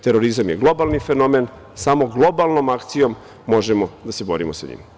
Terorizam je globalni fenomen i samo globalnom akcijom možemo da se borimo sa njim.